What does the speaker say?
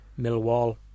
Millwall